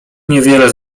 niewiele